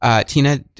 Tina